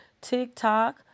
TikTok